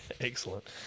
Excellent